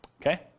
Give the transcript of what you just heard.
Okay